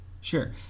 Sure